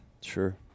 Sure